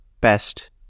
best